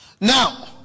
Now